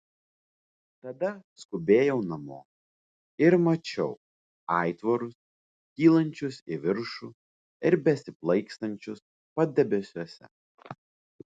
tada skubėjau namo ir mačiau aitvarus kylančius į viršų ir besiplaikstančius padebesiuose